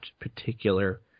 particular